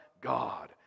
God